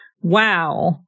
wow